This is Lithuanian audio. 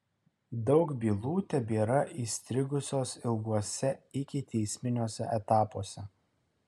daug bylų tebėra įstrigusios ilguose ikiteisminiuose etapuose